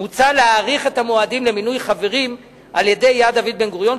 להאריך את המועדים למינוי חברים על-ידי "יד דוד בן-גוריון",